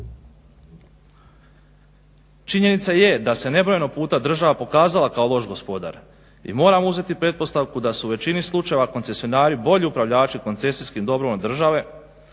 Činjenica je da se nebrojeno puta država pokazala kao loš gospodar i moramo uzeti pretpostavku da su u većini slučajeva koncesionari bolji upravljači koncesijskim dobrom od države,